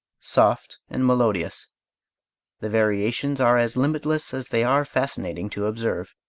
soft, and melodious the variations are as limitless as they are fascinating to observe.